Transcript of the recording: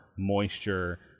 moisture